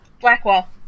Blackwall